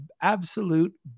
absolute